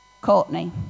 Courtney